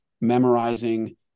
memorizing